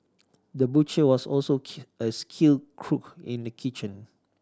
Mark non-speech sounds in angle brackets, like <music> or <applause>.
the butcher was also <unintelligible> a skilled cook in the kitchen